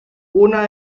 una